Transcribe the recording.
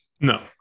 no